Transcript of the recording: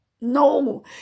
No